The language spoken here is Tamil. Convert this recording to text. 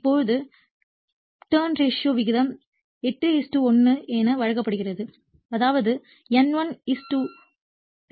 எனவே இப்போது டர்ன்ஸ் ரேஷியோ விகிதம் 81 என வழங்கப்படுகிறது அதாவது N1